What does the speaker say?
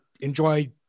enjoy